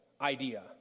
idea